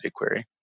BigQuery